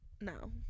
No